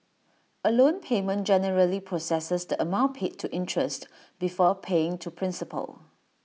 A loan payment generally processes the amount paid to interest before paying to principal